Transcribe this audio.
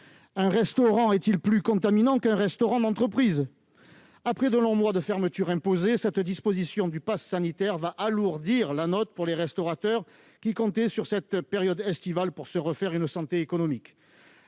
Un restaurant est-il plus contaminant qu'une cantine d'entreprise ? Après de longs mois de fermeture imposée, cette disposition va alourdir la note pour les restaurateurs, qui comptaient sur cette période estivale pour se refaire une santé économique.